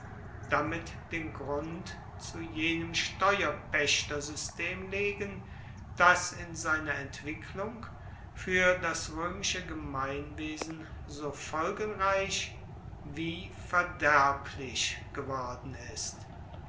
damit den grund zu jenem staatspaechtersystem legen das in seiner entwicklung fuer das roemische gemeinwesen so folgenreich wie verderblich geworden ist